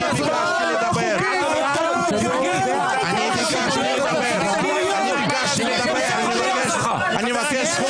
אני סבור שזמן הדיבור גם לייעוץ המשפטי לממשלה --- גם לך יש את עילת